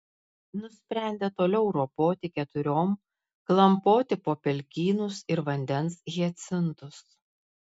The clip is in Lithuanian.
nusprendė toliau ropoti keturiom klampoti po pelkynus ir vandens hiacintus